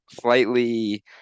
slightly